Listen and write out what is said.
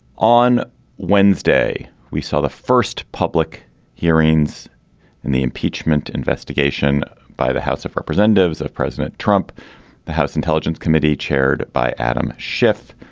on wednesday. we saw the first public hearings in the impeachment investigation by the house of representatives of president trump the house intelligence committee chaired by adam schiff